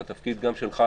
וגם התפקיד שלך,